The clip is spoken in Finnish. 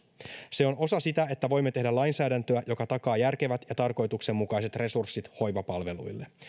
se on osa sitä että voimme tehdä lainsäädäntöä joka takaa järkevät ja tarkoituksenmukaiset resurssit hoivapalveluille